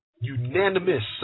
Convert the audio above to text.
Unanimous